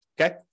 okay